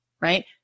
right